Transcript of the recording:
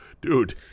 dude